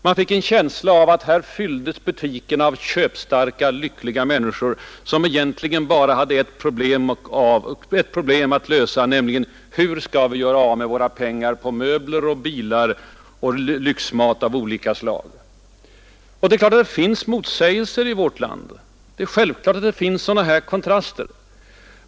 Man fick en känsla av att här var butikerna fyllda av köpstarka lyckliga människor, som egentligen bara hade ett problem att lösa, nämligen: Hur skall vi göra av med våra pengar på möbler och bilar och lyxmat av olika slag? Ja, det finns givetvis motsägelser i vårt land, självklart finns det sådana här kontraster.